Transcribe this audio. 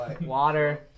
Water